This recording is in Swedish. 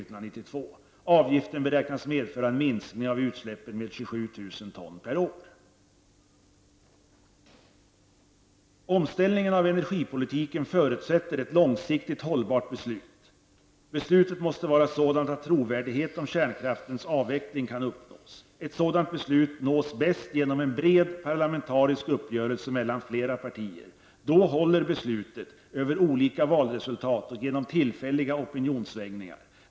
Avgiften beräknas medföra en minskning av utsläppen med 27 000 ton per år. Omställningen av energipolitiken förutsätter ett långsiktigt hållbart beslut. Beslutet måste vara sådant att trovärdighet om kärnkraftens avveckling kan uppnås. Ett sådant beslut uppnås bäst genom en bred parlamentarisk uppgörelse mellan flera partier. Då håller beslutet över olika valresultat och genom tillfälliga opinionssvängningar.